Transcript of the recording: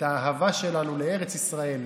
את האהבה שלנו לארץ ישראל,